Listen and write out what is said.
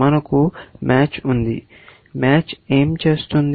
మనకు మ్యాచ్ ఉంది మ్యాచ్ ఏమి చేస్తుంది